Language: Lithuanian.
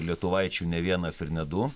lietuvaičių ne vienas ir ne du